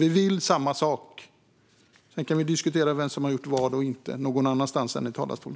Vi vill samma sak. Sedan kan vi diskutera vem som har gjort vad eller inte någon annanstans än i talarstolen.